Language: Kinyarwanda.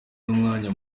n’umwanya